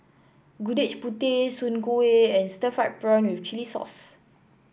Gudeg Putih Soon Kueh and Stir Fried Prawn with Chili Sauce